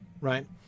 right